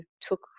took